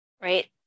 right